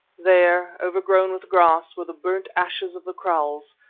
there, overgrown with grass, were the burnt ashes of the kraals,